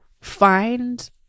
find